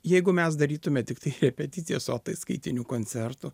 jeigu mes darytume tiktai repeticijas o tai skaitinių koncertų